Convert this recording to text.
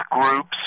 groups